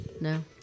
No